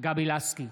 גבי לסקי,